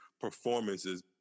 performances